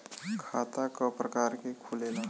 खाता क प्रकार के खुलेला?